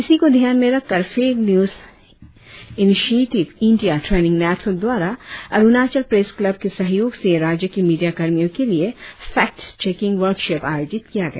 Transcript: इसी को ध्यान में रखकर fake news initiative India training network द्वारा अरुणाचल प्रेस क्लब के सहयोग से राज्य के मीडिया कर्मियों के लिए फैक्ट चेकिंग वर्कशाप आयोजित किया गया